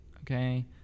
Okay